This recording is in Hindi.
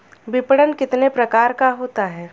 विपणन कितने प्रकार का होता है?